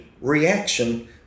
reaction